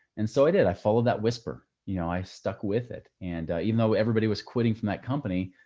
and so i did, i followed that whisper, you know, i stuck with it. and even though everybody was quitting from that company,